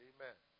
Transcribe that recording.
Amen